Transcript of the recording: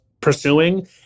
pursuing